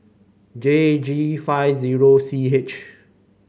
J G five zero C H